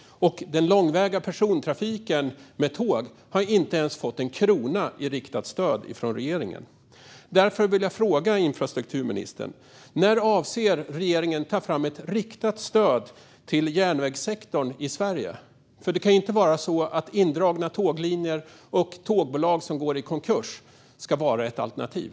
Den långväga persontrafiken med tåg har inte fått ens 1 krona av regeringen i riktat stöd. Jag vill därför fråga infrastrukturministern när regeringen avser att ta fram ett riktat stöd till järnvägssektorn i Sverige. Indragna tåglinjer och tågbolag som går i konkurs kan ju inte vara ett alternativ.